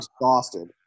exhausted